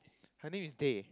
I think is Dhey